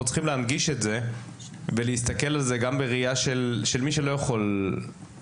צריכים להנגיש את זה ולהסתכל על זה גם בראייה של מי שלא יכול לקחת